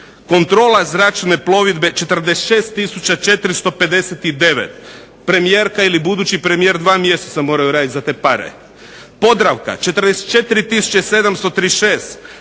kontrola Zračne plovidbe 46459, premijerka ili budući premijer 2 mjeseca moraju raditi za te pare. Podravka 44736,